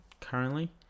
currently